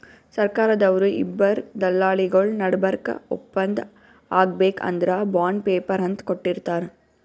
ಸರ್ಕಾರ್ದವ್ರು ಇಬ್ಬರ್ ದಲ್ಲಾಳಿಗೊಳ್ ನಡಬರ್ಕ್ ಒಪ್ಪಂದ್ ಆಗ್ಬೇಕ್ ಅಂದ್ರ ಬಾಂಡ್ ಪೇಪರ್ ಅಂತ್ ಕೊಟ್ಟಿರ್ತಾರ್